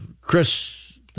Chris